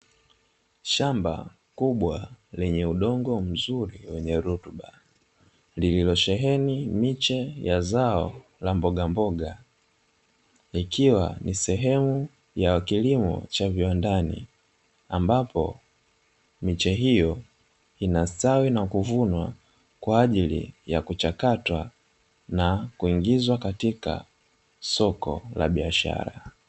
Shamba kubwa lenye udongo mzuri wenye rutuba lililosheheni miche ya zao la mbogamboga ikiwa ni sehemu ya kilimo cha viwandani ambapo miche hiyo inastawi na kuvunwa kwaajili ya kuchakatwa na kuingizwa katika soko la biashara.